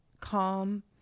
calm